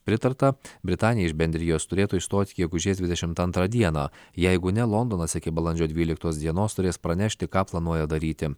pritarta britanija iš bendrijos turėtų išstoti gegužės dvidešimt antrą dieną jeigu ne londonas iki balandžio dvyliktos dienos turės pranešti ką planuoja daryti